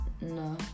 no